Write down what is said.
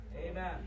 Amen